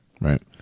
right